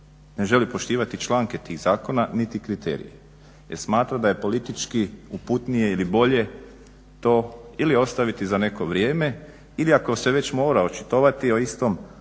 ne želi poštivati članke tih zakona niti kriterije jer smatra da je politički uputnije ili bolje to ili ostaviti za neko vrijeme ili ako se već mora očitovati o istom,